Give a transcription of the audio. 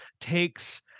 takes